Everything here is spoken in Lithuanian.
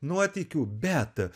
nuotykių bet